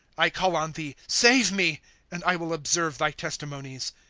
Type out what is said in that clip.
i call on thee, save me and i will observe thy testimonies.